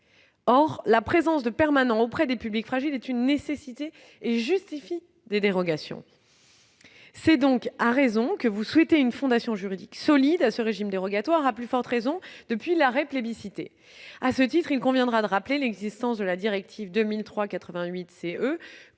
Or la présence de permanents auprès des publics fragiles est une nécessité et justifie des dérogations. C'est donc à raison que vous souhaitez une fondation juridique solide à ce régime dérogatoire, d'autant plus nécessaire depuis l'arrêt que j'ai mentionné. Je rappelle que la directive 2003-88-CE